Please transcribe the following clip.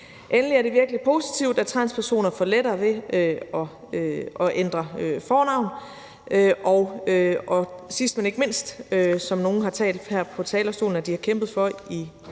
Endelig er det virkelig positivt, at transpersoner får lettere ved at ændre fornavn, og sidst, men ikke mindst, som nogle har talt om her på talerstolen at de har kæmpet for i